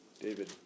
David